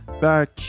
back